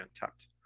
untapped